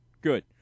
good